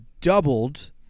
doubled